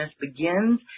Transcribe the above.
begins